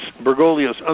Bergoglio's